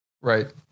Right